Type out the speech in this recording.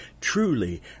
Truly